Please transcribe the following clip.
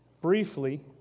briefly